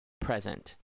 present